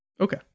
Okay